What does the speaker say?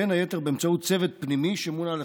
בין היתר באמצעות צוות פנימי שמונה לכך.